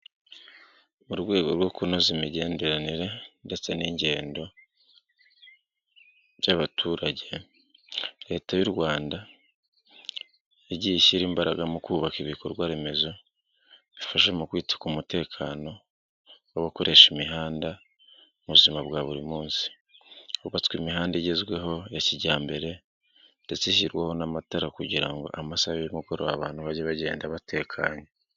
Mu rwego rwo kunoza imigenderanire ndetse n'ingendo by'abaturage, leta y'u Rwanda ya ishyira imbaraga mu kubaka ibikorwa remezo bifasha mu kwita ku mutekano w'abakoresha imihanda muzima bwa buri munsi. Hubatswe imihanda igezweho ya kijyambere ndetse ishyirwaho n'amatara kugira ngo amasaha y'umugoroba abantu bajye bagenda batekanye.